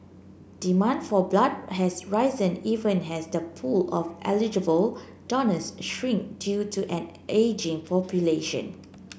demand for blood has risen even as the pool of eligible donors shrink due to an ageing population